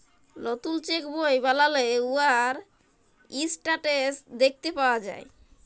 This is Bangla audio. লতুল চ্যাক বই বালালে উয়ার ইসট্যাটাস দ্যাখতে পাউয়া যায়